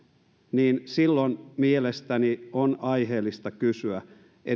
mielestäni on aiheellista kysyä